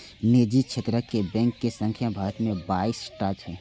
निजी क्षेत्रक बैंक के संख्या भारत मे बाइस टा छै